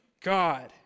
God